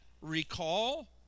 recall